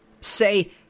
Say